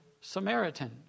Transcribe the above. Samaritan